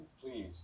please